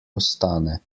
ostane